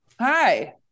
Hi